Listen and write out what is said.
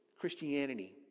Christianity